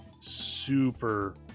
super